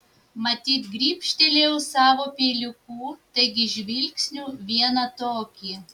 matyt gribštelėjau savo peiliuku taigi žvilgsniu vieną tokį